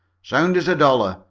sound as a dollar,